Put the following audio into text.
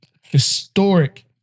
historic